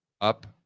up